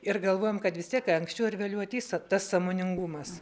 ir galvojam kad vis tiek anksčiau ar vėliau ateis tas sąmoningumas